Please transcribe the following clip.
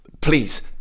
Please